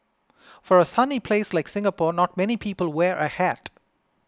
for a sunny place like Singapore not many people wear a hat